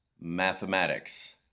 mathematics